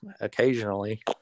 occasionally